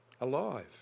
Alive